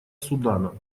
судана